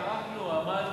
טרחנו, עמלנו,